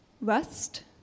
Rust